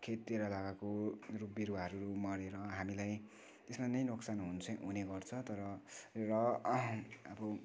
खेततिर लगाएको रुख बिरुवाहरू मरेर हामीलाई त्यसमा नै नोक्सान हुन चाहिँ हुनेगर्छ तर र अब